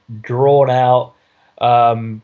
drawn-out